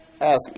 Ask